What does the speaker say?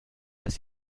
las